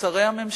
שרי הממשלה,